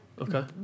okay